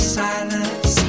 silence